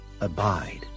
abide